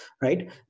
right